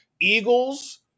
eagles